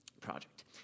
project